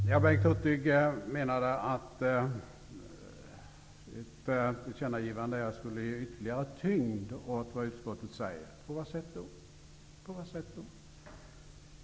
Herr talman! Bengt Hurtig menade att ett tillkännagivande skulle ge ytterligare tyngd åt det utskottet säger. På vilket sätt?